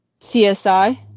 CSI